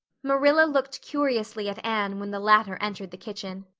marilla looked curiously at anne when the latter entered the kitchen.